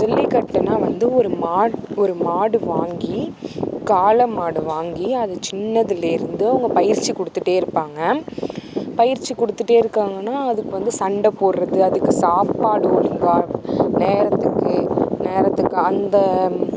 ஜல்லிக்கட்டுன்னா வந்து ஒரு மாட்ட ஒரு மாடு வாங்கி காளை மாடு வாங்கி அது சின்னதிலேருந்து அவங்க பயிற்சி கொடுத்துட்டே இருப்பாங்க பயிற்சி கொடுத்துட்டே இருக்காங்கன்னா அதுக்கு வந்து சண்டை போடுறது அதுக்கு சாப்பாடு ஒழுங்காக நேரத்துக்கு நேரத்துக்கு அந்த